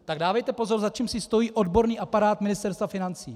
Tak dávejte pozor, za čím si stojí odborný aparát Ministerstva financí.